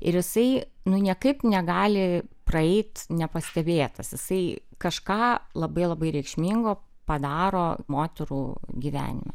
ir jisai nu niekaip negali praeit nepastebėtas jisai kažką labai labai reikšmingo padaro moterų gyvenime